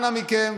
אנא מכם,